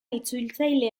itzultzaile